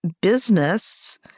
business